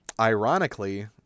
ironically